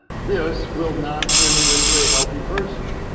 this will not turn you into a healthy person.